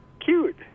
cute